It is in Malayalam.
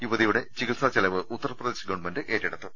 യുവതിയുടെ ചികിത്സാചെലവ് ഉത്തർപ്രദേശ് ഗവൺമെന്റ് ഏറ്റെടുത്തു